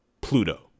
Pluto